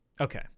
Okay